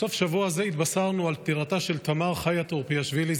בסוף השבוע הזה התבשרנו על פטירתה של תמר חיה טורפיאשוילי,